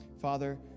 Father